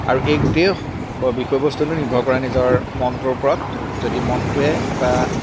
আৰু এই গোটেই বিষয়বস্তুটো নিৰ্ভৰ কৰে নিজৰ মনটোৰ ওপৰত যদি মনটোৱে এটা